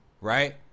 right